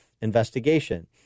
investigation